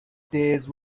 days